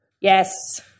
Yes